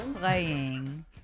playing